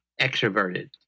extroverted